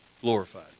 glorified